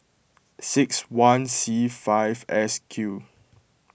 six one C five S Q